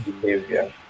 behavior